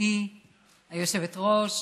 גברתי היושבת-ראש.